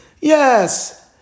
Yes